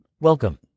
welcome